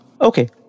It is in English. Okay